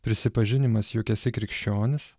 prisipažinimas jog esi krikščionis